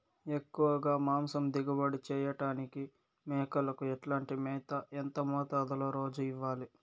ఎక్కువగా మాంసం దిగుబడి చేయటానికి మేకలకు ఎట్లాంటి మేత, ఎంత మోతాదులో రోజు ఇవ్వాలి?